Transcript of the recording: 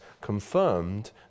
confirmed